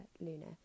Luna